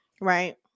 right